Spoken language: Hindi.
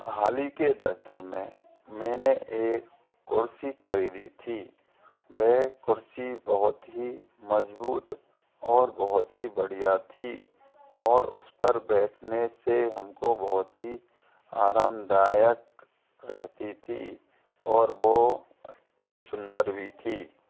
हाल ही के दस दिन में मैंने एक कुर्सी ख़रीदी थी वे कुर्सी बहुत ही मज़बूत और बहुत ही बढ़िया थी और उस पर बैठने से हम को बहुत ही आरामदायक रहती थी और वो अति सुंदर भी थी